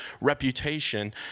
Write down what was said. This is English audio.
reputation